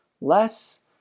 less